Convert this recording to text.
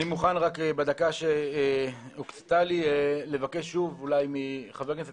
אני מוכן רק בדקה שהוקצתה לי לבקש שוב אולי מחבר הכנסת